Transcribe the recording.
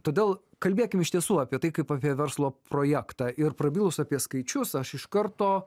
todėl kalbėkim iš tiesų apie tai kaip apie verslo projektą ir prabilus apie skaičius aš iš karto